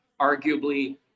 arguably